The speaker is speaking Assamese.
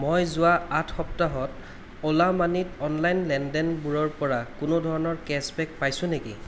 মই যোৱা আঠ সপ্তাহত অ'লা মানিত অনলাইন লেনদেনবোৰৰ পৰা কোনো ধৰণৰ কেশ্ববেক পাইছোঁ নেকি